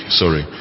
sorry